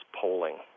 polling